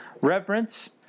Reverence